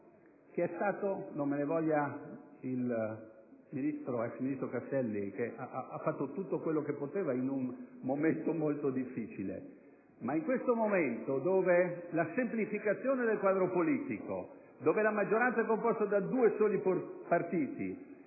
perché - non me ne voglia l'ex ministro Castelli, che ha fatto tutto quello che poteva in un periodo molto difficile - in questo momento la semplificazione del quadro politico e il fatto che la maggioranza sia composta da due soli partiti,